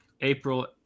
April